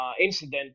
incident